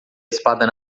espada